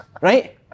right